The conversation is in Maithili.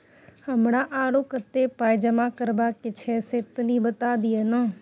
हमरा आरो कत्ते पाई जमा करबा के छै से तनी बता दिय न?